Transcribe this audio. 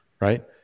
right